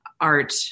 art